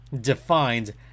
defined